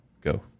Go